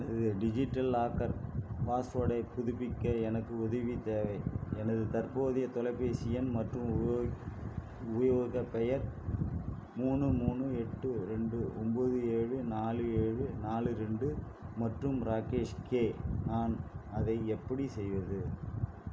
எனது digital locker பாஸ்வேர்டைப் புதுப்பிக்க எனக்கு உதவி தேவை எனது தற்போதைய தொலைபேசி எண் மற்றும் உபயோகிப் உபயோகப் பெயர் மூணு மூணு எட்டு ரெண்டு ஒம்பது ஏழு நாலு ஏழு நாலு ரெண்டு மற்றும் ராகேஷ் கே நான் அதை எப்படி செய்வது